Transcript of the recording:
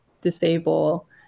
disable